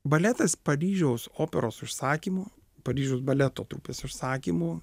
baletas paryžiaus operos užsakymu paryžiaus baleto trupės užsakymu